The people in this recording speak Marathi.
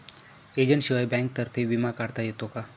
एजंटशिवाय बँकेतर्फे विमा काढता येतो का?